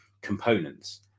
components